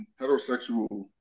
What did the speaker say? heterosexual